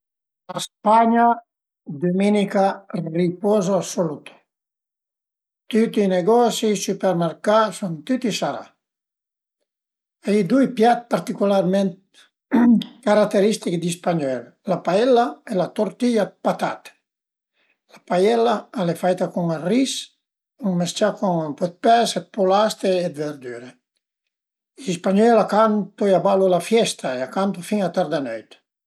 Savrìu pa coza di coza di e coza al e ün fantazma per cui a ven nurmal pa chërdìe e sai gnanca s'a ie cuaidün ch'a i cred, magari a lu dizu tan për di 'na coza, ma ën realtà a ie pa gnün ch'a i cred